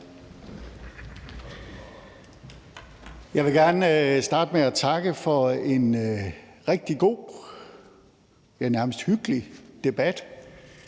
Jeg vil gerne starte med at takke for en rigtig god, ja, nærmest hyggelig debat.